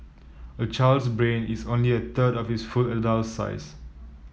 a child's brain is only a third of its full adult size